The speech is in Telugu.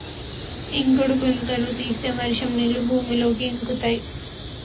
ఇంకుడు గుంతలు తీస్తే వర్షం నీళ్లు భూమిలోకి ఇంకుతయ్